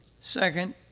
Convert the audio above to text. Second